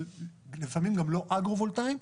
לפעמים גם לא אגרו-וולטאים.